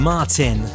Martin